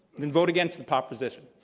then vote against the proposition.